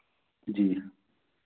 जी